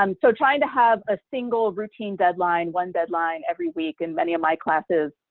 um so trying to have a single routine deadline, one deadline every week in many of my classes,